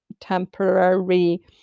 temporary